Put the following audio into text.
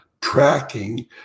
tracking